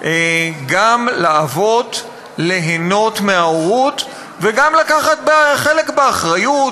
גם לאבות ליהנות מההורות ולקחת חלק באחריות,